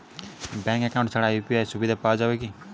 Bank account ছাড়া UPI সুবিধা পাওয়া যাবে কি না?